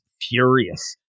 furious